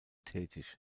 tätig